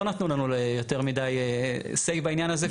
לא נתנו לנו יותר say בעניין הזה.